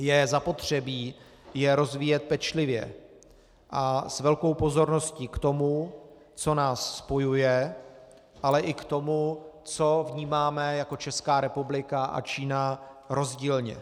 Je zapotřebí je rozvíjet pečlivě a s velkou pozorností k tomu, co nás spojuje, ale i k tomu, co vnímáme jako Česká republika a Čína rozdílně.